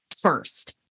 first